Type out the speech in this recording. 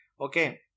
okay